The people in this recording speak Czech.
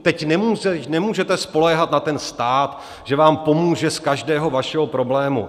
Teď nemůžete spoléhat na ten stát, že vám pomůže z každého vašeho problému.